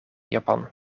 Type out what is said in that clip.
japan